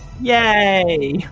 Yay